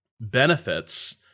benefits